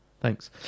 Thanks